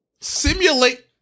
Simulate